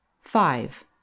Five